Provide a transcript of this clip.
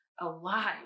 alive